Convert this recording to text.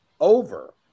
over